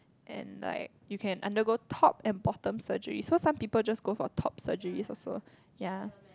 and like you can undergo top and bottom surgery so some people just go for top surgeries also ya